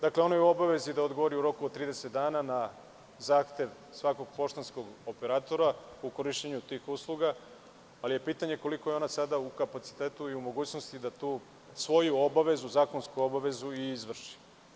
Dakle, ono je u obavezi da odgovori u roku 30 dana na zahtev svakog poštanskog operatora u korišćenju tih usluga, ali je pitanje koliko je ona sada u kapacitetu i u mogućnosti da tu svoju obavezu, zakonsku obavezu, i izvrši.